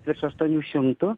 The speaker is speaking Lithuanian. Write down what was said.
virš aštuonių šimtų